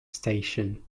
station